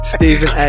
Stephen